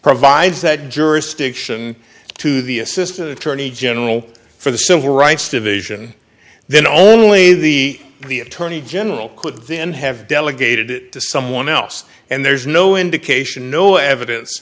provides that jurisdiction to the assistant attorney general for the civil rights division then only the the attorney general could then have delegated it to someone else and there's no indication no evidence